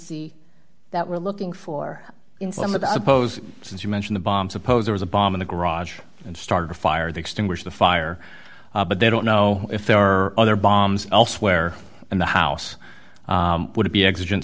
exigency that we're looking for in some of the supposed since you mention the bomb suppose there was a bomb in the garage and start a fire the extinguish the fire but they don't know if there are other bombs elsewhere in the house would it be exigent